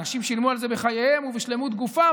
אנשים שילמו על זה בחייהם ובשלמות גופם,